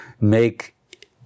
make